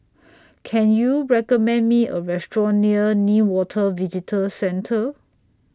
Can YOU recommend Me A Restaurant near Newater Visitor Centre